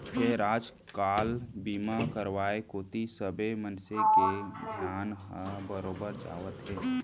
फेर आज काल बीमा करवाय कोती सबे मनसे के धियान हर बरोबर जावत हे